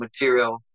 material